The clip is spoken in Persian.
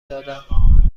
دادم